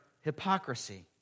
hypocrisy